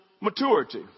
maturity